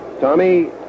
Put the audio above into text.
Tommy